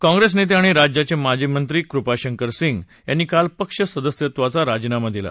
काँप्रेस नेते आणि राज्याचे माजी मंत्री कृपाशंकर सिंह यांनी काल पक्ष सदस्यत्वाचा राजीनामा दिला